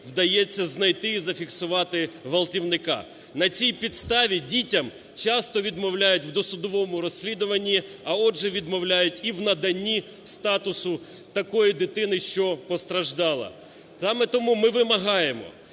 вдається знайти і зафіксувати ґвалтівника. На цій підставі дітям часто відмовляють у досудовому розслідуванні, а отже, відмовляють і в наданні статусу такої дитини, що постраждала. Саме тому ми вимагаємо